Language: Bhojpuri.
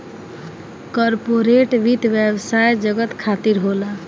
कार्पोरेट वित्त व्यवसाय जगत खातिर होला